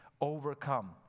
overcome